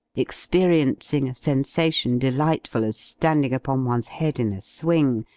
experiencing a sensation delightful as standing upon one's head in a swing,